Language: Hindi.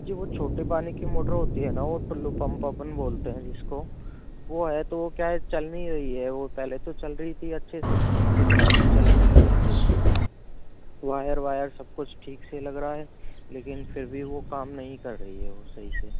जी वो छोटे पानी की मोटर होती है ना टिललू पम्प अपन बोलते हैं जिसको वो है तो क्या चल नहीं रही है पहले तो चल रही थी अच्छे से लेकिन अभी चल नहीं रही है वायर वायर सब कुछ ठीक से लग रहा है लेकिन फिर भी वो काम नहीं कर रहइ है वो सही से